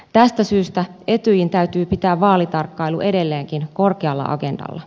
tästä syystä etyjin täytyy pitää vaalitarkkailu edelleenkin korkealla agendalla